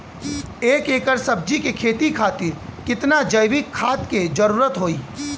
एक एकड़ सब्जी के खेती खातिर कितना जैविक खाद के जरूरत होई?